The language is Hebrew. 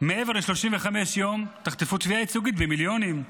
מעבר ל-35 יום תחטפו תביעה ייצוגית במיליונים,